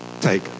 take